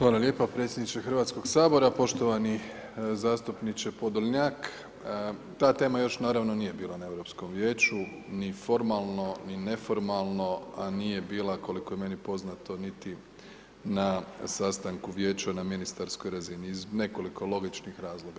Hvala lijepa predsjedniče Hrvatskoga sabora, poštovani zastupniče Podolnjak, ta tema još naravno nije bila na Europskom vijeću, ni formalno ni neformalno a nije bila koliko je meni poznato niti na sastanku Vijeća na ministarskoj razini iz nekoliko logičnih razloga.